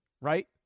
right